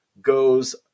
goes